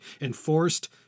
enforced